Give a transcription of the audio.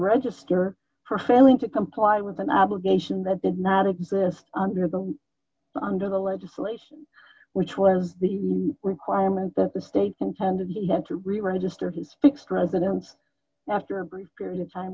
register for failing to comply with an obligation that did not exist under the under the legislation which was the new requirement that the state intended he had to reregister his fix president after a brief period of time